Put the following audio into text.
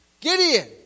Gideon